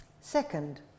Second